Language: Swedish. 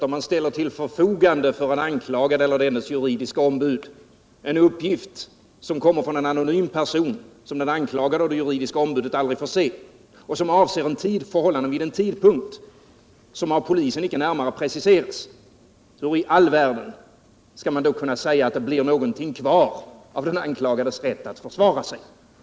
Om man ställer till förfogande för en anklagad eller dennes juridiska ombud en uppgift som kommer från en anonym person, vilken den anklagade och det juridiska ombudet aldrig får se, och som avser förhållandena vid en tidpunkt som av polisen icke närmare preciseras, hur i all världen skall man då kunna säga att det blir någonting kvar av den anklagades rätt att försvara sig?